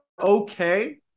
okay